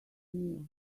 milk